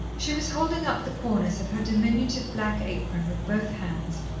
she was holding up the corners of her diminutive black apron with both hands,